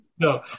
No